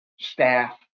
staff